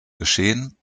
geschehen